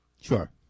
Sure